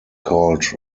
called